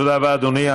תודה רבה, אדוני.